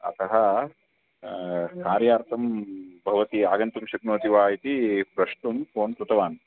अतः कार्यार्थं भवती आगन्तुं शक्नोति वा इति प्रष्टुं फ़ोन् कृतवान्